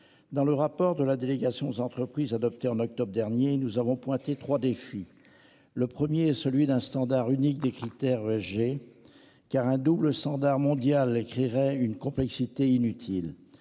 dans le rapport de la délégation aux entreprises adoptée en octobre dernier, nous avons pointé 3 défis. Le 1er celui d'un standard unique des critères ESG. Car un double standard mondial créerait une complexité inutile